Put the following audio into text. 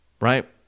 right